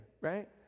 right